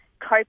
cope